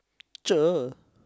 cher